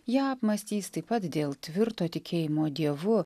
ją apmąstys taip pat dėl tvirto tikėjimo dievu